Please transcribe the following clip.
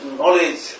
knowledge